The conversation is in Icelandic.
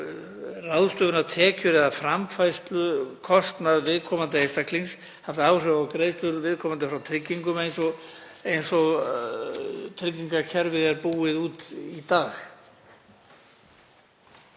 ráðstöfunartekjur eða framfærslukostnað viðkomandi einstaklings, haft áhrif á greiðslur viðkomandi frá tryggingum eins og tryggingakerfið er búið út í dag?